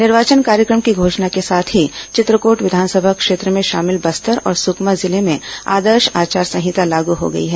निर्वाचन कार्यक्रम की घोषणा के साथ ही चित्रकोट विधानसभा क्षेत्र में शामिल बस्तर और सुकमा जिले में आदर्श आचार संहिता लागू हो गई है